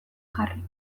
jarri